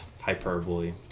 hyperbole